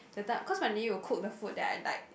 that time cause my nanny will cook the food that I like